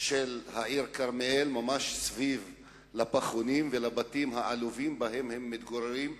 של העיר כרמיאל ממש סביב לפחונים ולבתים העלובים שבהם הם מתגוררים.